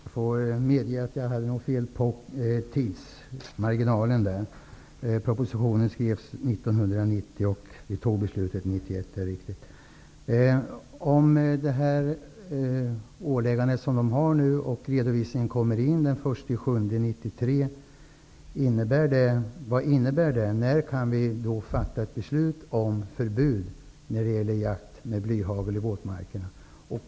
Fru talman! Jag medger att jag sade fel i vad gäller tidsmarginalen. Propositionen skrevs 1990, och beslutet fattades 1991 -- det är riktigt. Om redovisningen av det förelagda uppdraget kommer in till den 1 juli 1993, vad innebär det när det gäller att fatta beslut om förbud mot jakt med blyhagel i våtmarker?